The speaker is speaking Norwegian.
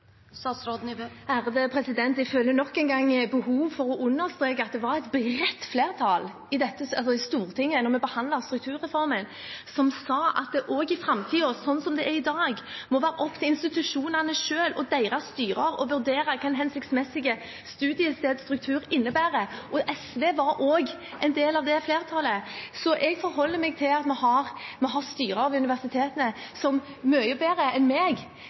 nok en gang behov for å understreke at det var et bredt flertall i Stortinget da vi behandlet strukturreformen, som sa at det også i framtiden – sånn som det er i dag – må være opp til institusjonene selv og deres styrer å vurdere hva en hensiktsmessig studiestedsstruktur innebærer. SV var også en del av det flertallet. Jeg forholder meg til at vi har styrer ved universitetene som mye bedre enn meg